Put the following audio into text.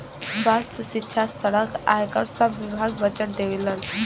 स्वास्थ्य, सिक्षा, सड़क, आयकर सब विभाग बजट देवलन